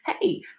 Hey